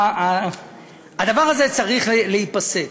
הדבר הזה צריך להיפסק.